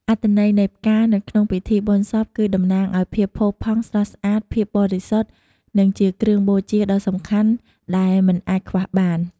អត្ថន័យនៃផ្កានៅក្នុងពិធីបុណ្យសព គឺតំណាងឲ្យភាពផូរផង់ ស្រស់ស្អាត ភាពបរិសុទ្ធ និងជាគ្រឿងបូជាដ៏សំខាន់ដែលមិនអាចខ្វះបាន។